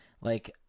like-